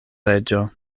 reĝo